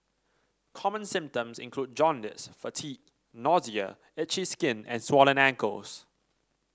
common symptoms include jaundice fatigue nausea itchy skin and swollen ankles